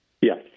Yes